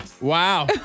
Wow